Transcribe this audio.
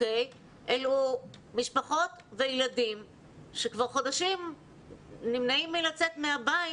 אלו משפחות וילדים שכבר חודשים נמנעים לצאת מהבית